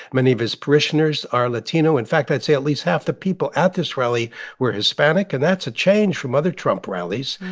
many of his parishioners are latino. in fact, i'd say at least half the people at this rally were hispanic. and that's a change from other trump rallies,